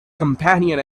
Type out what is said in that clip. companion